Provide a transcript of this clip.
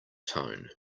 tone